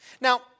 Now